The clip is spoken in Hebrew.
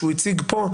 שהוא הציג כאן,